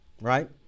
right